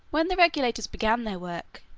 when the regulators began their work,